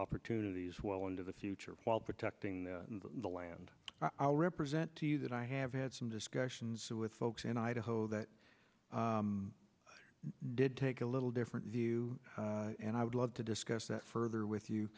opportunities well into the future while protecting the land i'll represent to you that i have had some discussions with folks in idaho that did take a little different view and i would love to discuss that further with